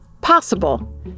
Possible